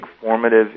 formative